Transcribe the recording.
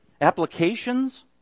applications